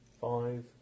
Five